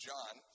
John